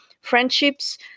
friendships